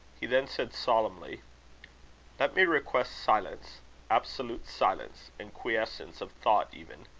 he then said, solemnly let me request silence, absolute silence, and quiescence of thought even.